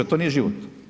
To nije život.